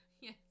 Yes